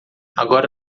agora